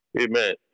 Amen